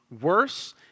Worse